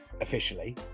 officially